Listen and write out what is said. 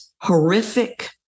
horrific